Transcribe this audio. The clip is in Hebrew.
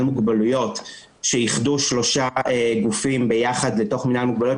מוגבלויות שאיחדו שלושה גופים ביחד לתוך מינהל מוגבלויות,